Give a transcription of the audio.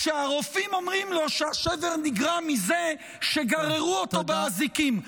והרופאים אומרים לו שהשבר נגרם מזה שגררו אותו באזיקים.